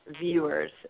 viewers